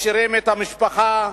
משאירים את המשפחה,